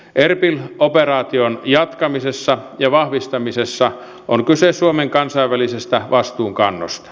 erbil operaation jatkamisessa ja vahvistamisessa on kyse suomen kansainvälisestä vastuunkannosta